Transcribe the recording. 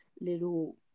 little